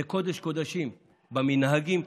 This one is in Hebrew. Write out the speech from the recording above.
זה קודש-קודשים, במנהגים.